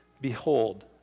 Behold